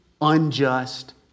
unjust